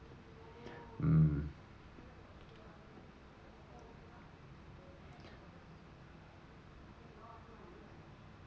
mm